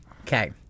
Okay